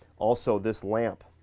also this lamp,